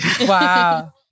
Wow